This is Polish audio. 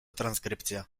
transkrypcja